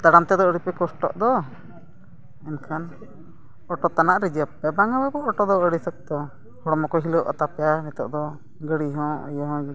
ᱛᱟᱲᱟᱢ ᱛᱮᱫᱚ ᱟᱹᱰᱤᱯᱮ ᱠᱚᱥᱴᱚᱜ ᱫᱚ ᱮᱱᱠᱷᱟᱱ ᱚᱴᱳ ᱛᱟᱱᱟᱜ ᱨᱤᱡᱟᱨᱵᱷ ᱯᱮ ᱵᱟᱝᱟ ᱵᱟᱹᱵᱩ ᱚᱴᱳ ᱫᱚ ᱟᱹᱰᱤ ᱥᱚᱠᱛᱚ ᱦᱚᱲᱢᱚ ᱠᱚ ᱦᱤᱞᱟᱹᱣ ᱛᱟᱯᱮᱭᱟ ᱱᱤᱛᱚᱜ ᱫᱚ ᱜᱟᱹᱰᱤ ᱦᱚᱸ ᱤᱭᱟᱹ ᱦᱚᱸ ᱦᱤᱞᱟᱹᱣ ᱧᱚᱜᱚ ᱜᱮᱭᱟ